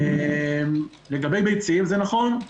לגבי ביצים זה נכון.